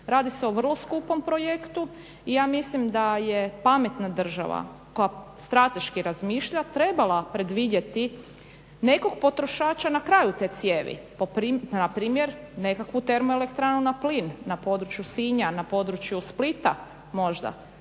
Radi se o vrlo skupom projektu i ja mislim da je pametna država koja strateški razmišlja trebala predvidjeti nekog potrošača na kraju te cijevi, npr. nekakvu termoelektranu na plin na području Sinja, na području Splita možda